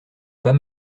pas